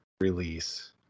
release